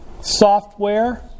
software